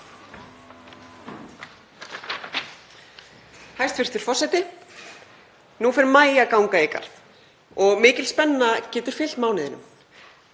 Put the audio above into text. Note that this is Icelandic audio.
Hæstv. forseti. Nú fer maí að ganga í garð og mikil spenna getur fylgt mánuðinum.